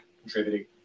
contributing